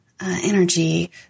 energy